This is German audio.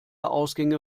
ausgänge